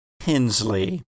Hensley